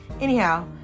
anyhow